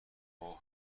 اوه